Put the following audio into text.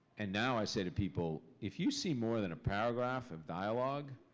and now i say to people, if you see more than a paragraph of dialogue,